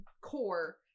core